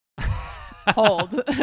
Hold